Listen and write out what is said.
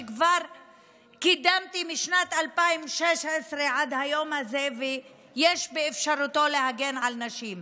שכבר קידמתי משנת 2016 ועד היום הזה ויש באפשרותו להגן על נשים.